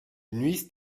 nuisent